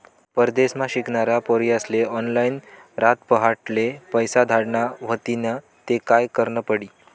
परदेसमा शिकनारा पोर्यास्ले ऑनलाईन रातपहाटले पैसा धाडना व्हतीन ते काय करनं पडी